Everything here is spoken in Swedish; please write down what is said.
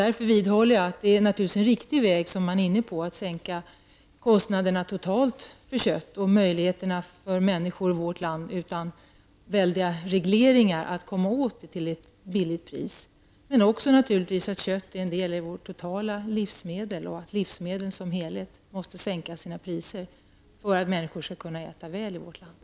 Därför vidhåller jag att den väg man är inne på är den rätta, dvs. att man sänker kostnaderna totalt för kött och att man genom att åtgärda de väldiga regleringarna förbättrar möjligheterna för människor i vårt land att komma åt köttet till ett bättre pris. Men det är ju också så att kött ingår som en del bland våra livsmedel totalt sett och att priserna på livsmedlen i stort måste sänkas för att människor i vårt land skall kunna äta väl.